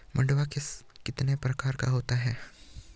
मंडुआ कितने प्रकार का होता है?